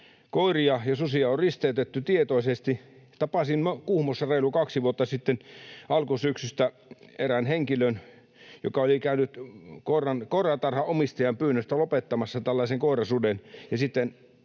Koiria ja susia on risteytetty tietoisesti. Tapasin Kuhmossa reilu kaksi vuotta sitten alkusyksystä erään henkilön, joka oli käynyt koiratarhan omistajan pyynnöstä lopettamassa tällaisen koirasuden,